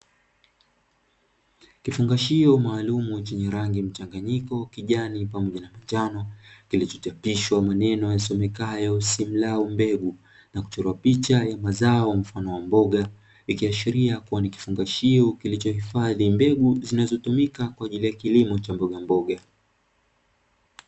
Kifungashio maalumu chenye rangi mchanganyiko kijani pamoja na manjano, kilichochapishwa maneno yasomekayo ''Simlaw mbegu'', na kuchorwa picha ya mazao mfano wa mboga, ikiashiria kuwa ni kifungashio kilichohifadhi mbegu, zinazotumika kwa ajili ya kilimo cha mbogamboga.